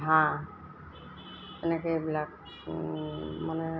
হাঁহ সেনেকৈ এইবিলাক মানে